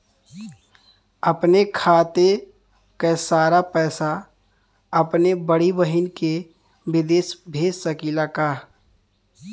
अपने खाते क सारा पैसा अपने बड़ी बहिन के विदेश भेज सकीला का?